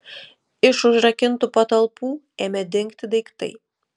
iš užrakintų patalpų ėmė dingti daiktai